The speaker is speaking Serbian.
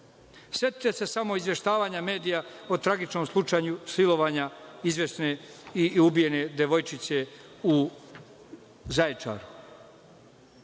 se samo izveštavanja medija o tragičnom slučaju silovanja izvesne i ubijene devojčice u Zaječaru.